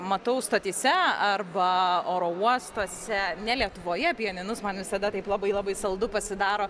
matau stotyse arba oro uostuose ne lietuvoje pianinus man visada taip labai labai saldu pasidaro